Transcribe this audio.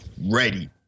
ready